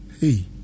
Hey